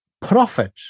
Prophet